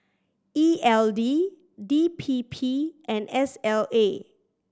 E L D D P P and S L A